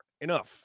enough